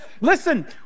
Listen